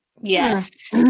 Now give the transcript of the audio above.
Yes